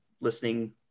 listening